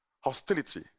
Hostility